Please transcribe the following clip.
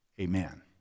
Amen